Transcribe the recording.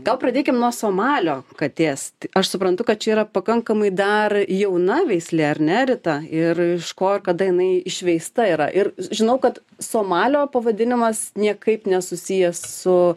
gal pradėkim nuo somalio katės aš suprantu kad čia yra pakankamai dar jauna veislė ar ne rita ir iš ko kada jinai išveista yra ir žinau kad somalio pavadinimas niekaip nesusijęs su